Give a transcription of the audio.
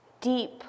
Deep